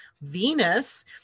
Venus